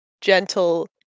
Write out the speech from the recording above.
gentle